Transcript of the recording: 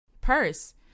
purse